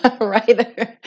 Right